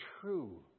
true